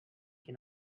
can